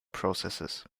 processes